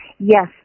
yes